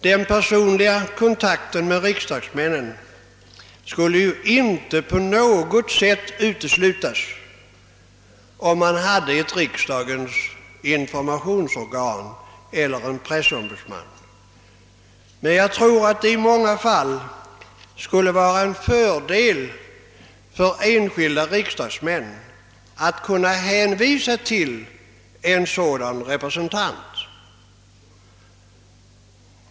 Den personliga kontakten med riksdagsmännen skulle ju inte på något sätt uteslutas, om man hade ett riksdagens informationsorgan eller en pressombudsman, men jag tror att det i många fall skulle vara en fördel för enskilda riksdagsmän att kunna hänvisa till en sådan representant.